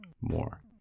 more